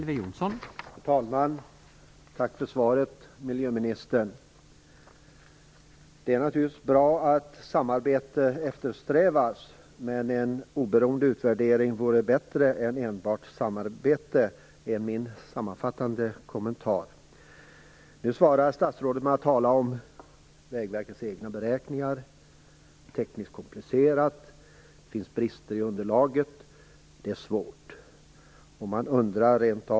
Herr talman! Tack för svaret, miljöministern! Det är naturligtvis bra att samarbete eftersträvas, men en oberoende utvärdering vore bättre än enbart samarbete - det är min sammanfattande kommentar. Nu svarar statsrådet med att tala om Vägverkets egna beräkningar. Det sägs att det är tekniskt komplicerat, att det finns brister i underlaget och att det är svårt.